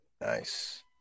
Nice